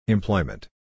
Employment